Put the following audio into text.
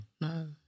No